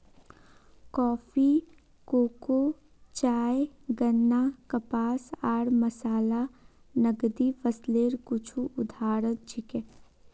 coffee, cocoa, चाय, गन्ना, कपास आर मसाला नकदी फसलेर कुछू उदाहरण छिके